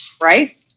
right